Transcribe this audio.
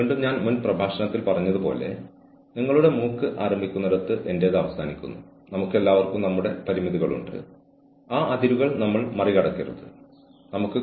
closed circuit ക്യാമറകൾ സ്ഥാപിക്കുന്നതിന് മുമ്പ് ക്ലോസ്ഡ് സർക്യൂട്ട് ക്യാമറകൾ സ്ഥാപിക്കേണ്ടതിന്റെ ആവശ്യകതയെക്കുറിച്ച് നിങ്ങൾക്ക് അറിയാം